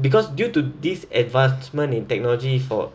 because due to these advancement in technology for